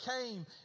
came